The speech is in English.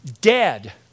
dead